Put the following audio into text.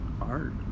Art